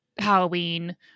Halloween